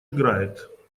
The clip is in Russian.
играет